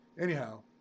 anyhow